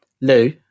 Lou